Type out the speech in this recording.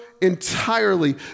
entirely